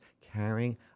carrying